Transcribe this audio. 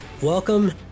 welcome